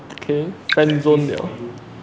okay friend zone 了